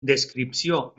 descripció